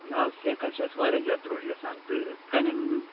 نہَ حظ سٮ۪کھ حظ چھِ اَسہِ واریاہ زیادٕ درٛۅج گژھان تہٕ کَنٮ۪ن